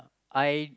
I